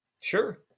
Sure